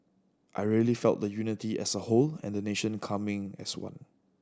I really felt the unity as a whole and the nation coming as one